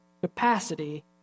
capacity